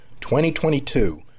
2022